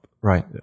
right